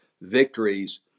victories